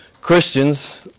Christians